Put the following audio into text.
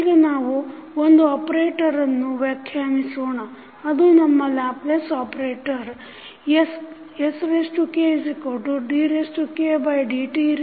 ಈಗ ನಾವು ಒಂದು ಆಪರೇಟರನ್ನು ವ್ಯಾಖ್ಯಾನಿಸೋಣ ಅದು ನಮ್ಮ ಲ್ಯಾಪ್ಲೇಸ್ ಆಪರೇಟರ್ skdkdtkk12